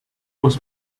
was